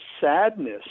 sadness